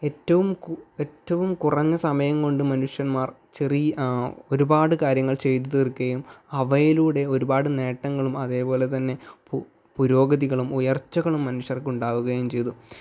ഏറ്റവും കു ഏറ്റവും കുറഞ്ഞ സമയം കൊണ്ട് മനുഷ്യന്മാർ ചെറി ഒരുപാട് കാര്യങ്ങൾ ചെയ്ത് തീർക്കുകയും അവയിലൂടെ ഒരുപാട് നേട്ടങ്ങളും അതേപോലെ തന്നെ പു പുരോഗതികളും ഉയർച്ചകളും മനുഷ്യർക്ക് ഉണ്ടാവുകയും ചെയ്തു